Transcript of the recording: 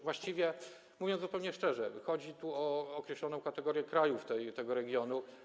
Właściwie, mówiąc zupełnie szczerze, chodzi tu o określoną kategorię krajów tego regionu.